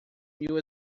mil